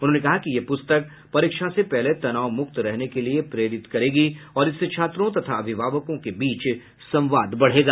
उन्होंने कहा कि यह प्रस्तक परीक्षा से पहले तनाव मुक्त रहने के लिए प्रेरित करेगी और इससे छात्रों तथा अभिभावकों के बीच संवाद बढ़ेगा